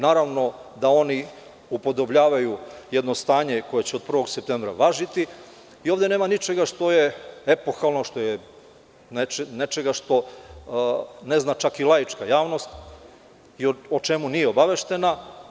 Naravno da oni upodobljavaju jedno stanje koje će od prvog septembra važiti i ovde nema ničega što je epohalno, nečega što ne zna čak i laička javnost i o čemu nije obaveštena.